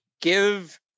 Give